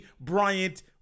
Bryant